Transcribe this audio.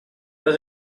was